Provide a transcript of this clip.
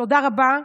תודה רבה,